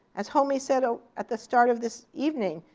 as homi said ah at the start of this evening,